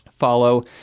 follow